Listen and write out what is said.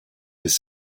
his